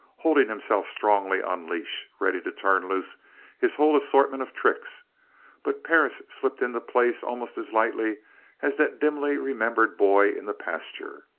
holding himself strongly on leash, ready to turn loose his whole assortment of tricks but perris slipped into place almost as lightly as that dimly remembered boy in the pasture.